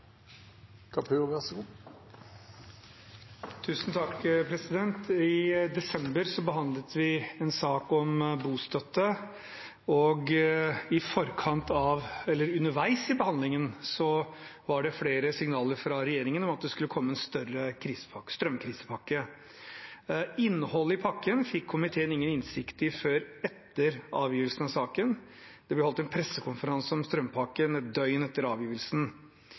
underveis i behandlingen var det flere signaler fra regjeringen om at det skulle komme en større strømkrisepakke. Innholdet i pakken fikk komiteen ingen innsikt i før etter avgivelsen av saken. Det ble holdt en pressekonferanse om strømpakken et døgn etter